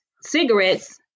cigarettes